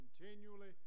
continually